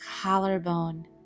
Collarbone